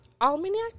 Almanac